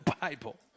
Bible